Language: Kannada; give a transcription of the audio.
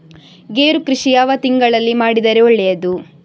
ಗೇರು ಕೃಷಿ ಯಾವ ತಿಂಗಳಲ್ಲಿ ಮಾಡಿದರೆ ಒಳ್ಳೆಯದು?